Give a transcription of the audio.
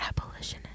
abolitionist